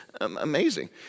amazing